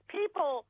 people